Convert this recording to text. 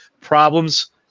problems